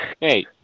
Hey